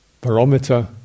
barometer